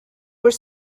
were